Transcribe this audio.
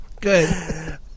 Good